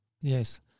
Yes